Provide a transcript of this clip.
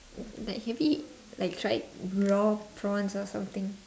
like have you like tried raw prawns or something